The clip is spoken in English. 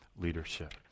leadership